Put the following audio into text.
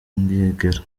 ngegera